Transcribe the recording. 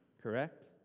correct